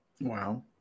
Wow